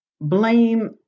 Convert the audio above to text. blame